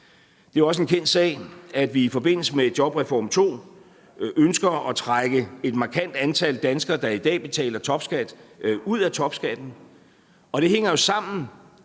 Det er jo også en kendt sag, at vi i forbindelse med jobreform II ønsker at trække et markant antal danskere, der i dag betaler topskat, ud af topskatten. Og det hænger jo sammen